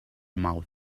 mouth